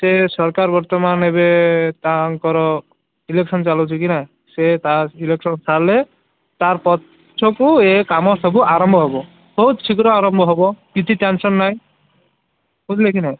ତେବେ ସରକାର ବର୍ତ୍ତମାନ ଏବେ ତାଙ୍କର ଇଲେକ୍ସନ୍ ଚାଲୁଛି କି ନାଇଁ ସେ ତା'ର ଇଲେକ୍ସନ୍ ସରିଲେ ତା'ର ପଛକୁ ଏ କାମ ସବୁ ଆରମ୍ଭ ହେବ ବହୁତ ଶୀଘ୍ର ଆରମ୍ଭ ହେବ କିଛି ଟେନସନ୍ ନାଇଁ ବୁଝିଲେ କି ନାଇଁ